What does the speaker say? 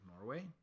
norway